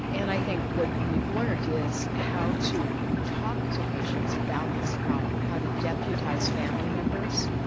and i think what we've learnt is how to talk to patients about this problem, how to deputise family members.